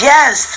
Yes